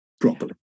properly